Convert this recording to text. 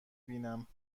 بینم